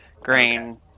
grain